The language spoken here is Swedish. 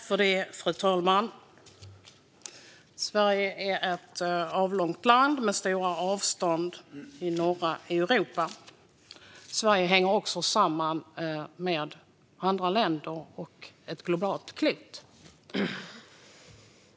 Fru talman! Sverige är ett avlångt land med stora avstånd i norra Europa. Sverige hänger också samman med andra länder och ett globalt klot.